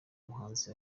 muhanzi